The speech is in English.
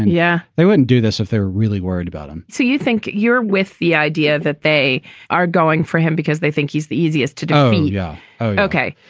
yeah. they wouldn't do this if they're really worried about him so you think you're with the idea that they are going for him because they think he's the easiest to do? yeah. oh, okay.